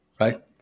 right